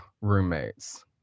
roommates